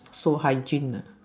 so hygiene ah